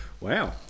Wow